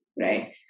Right